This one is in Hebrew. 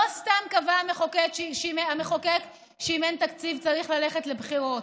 לא סתם קבע המחוקק שאם אין תקציב צריך ללכת לבחירות.